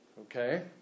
Okay